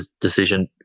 decision